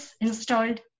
installed